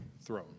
throne